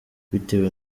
bitewe